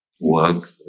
Work